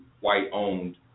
white-owned